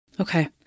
Okay